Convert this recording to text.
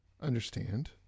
understand